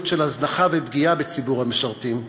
של הזנחה ופגיעה בציבור המשרתים,